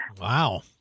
Wow